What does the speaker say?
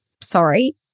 Sorry